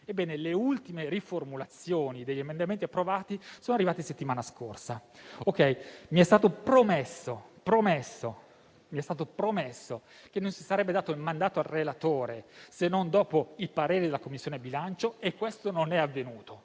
le ultime riformulazioni degli emendamenti approvati sono arrivate la settimana scorsa. Mi è stato promesso che non si sarebbe dato il mandato al relatore se non dopo il parere della Commissione bilancio e questo non è avvenuto.